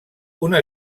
una